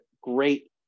great